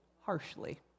harshly